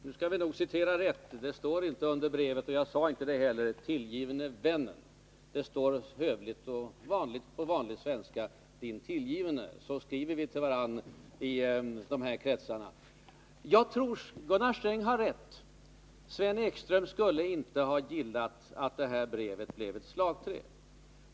Fru talman! Nu skall vi nog citera rätt. Det står inte under brevet — jag sade det inte heller — ”Tillgivne vännen”. Det står hövligt och på vanlig svenska: ”Din tillgivne”. Så skriver vi till varandra i de här kretsarna. Jag tror att Gunnar Sträng har rätt: Sven Ekström skulle inte ha gillat att det här brevet blev ett slagträ.